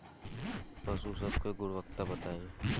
पशु सब के गुणवत्ता बताई?